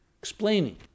explaining